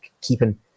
keeping